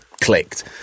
clicked